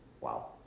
Wow